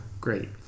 Great